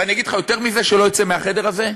ואני אגיד לך יותר מזה, שלא יצא מהחדר הזה: